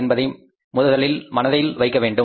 என்பதை முதலில் மனதில் வைத்துக்கொள்ள வேண்டும்